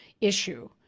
issue